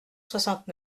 soixante